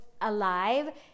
alive